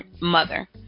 mother